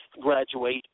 graduate